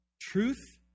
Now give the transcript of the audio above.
truth